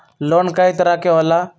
Loan कय तरह के होला?